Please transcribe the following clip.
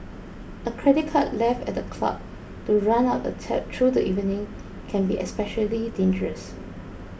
a credit card left at the club to run up a tab through the evening can be especially dangerous